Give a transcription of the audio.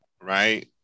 right